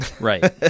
Right